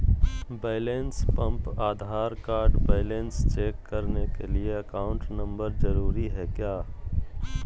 Balance pump Aadhaar card balance check करने के लिए अकाउंट नंबर जरूरी है क्या?